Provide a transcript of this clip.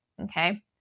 okay